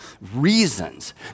reasons